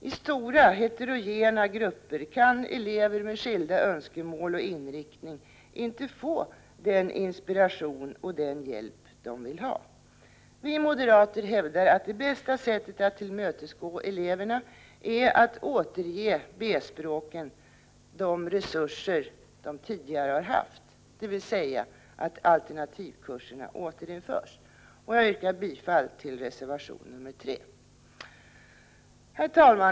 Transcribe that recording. I stora heterogena grupper kan elever med skilda önskemål och inriktning inte få den inspiration och den hjälp de vill ha. Vi moderater hävdar att det bästa sättet att tillmötesgå eleverna är att återge B-språken de resurser de tidigare haft, dvs. att alternativkurserna återinförs. Jag yrkar bifall till reservation nr 3. Herr talman!